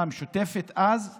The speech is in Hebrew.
הסניף עצמו לא נסגר,